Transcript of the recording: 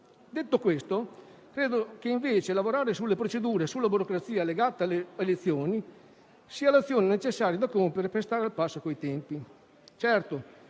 sicuramente, ma credo che lavorare sulle procedure, sulla burocrazia legata alle elezioni sia l'azione necessaria da compiere per stare al passo coi tempi.